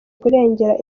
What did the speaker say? kurengera